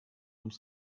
ums